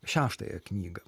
šeštąją knygą